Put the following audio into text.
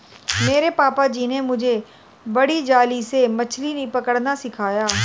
मेरे पापा जी ने मुझे बड़ी जाली से मछली पकड़ना सिखाया